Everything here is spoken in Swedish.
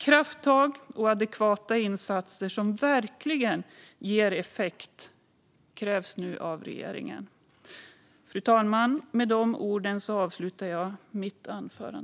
Krafttag och adekvata insatser som verkligen ger effekt krävs nu av regeringen.